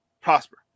prosper